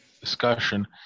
discussion